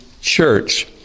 church